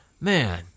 man